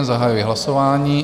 Zahajuji hlasování.